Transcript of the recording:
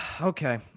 Okay